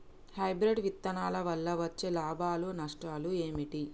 Hybrid విత్తనాల వల్ల వచ్చే లాభాలు నష్టాలు ఏమిటి?